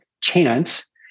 chance